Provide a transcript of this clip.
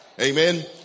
Amen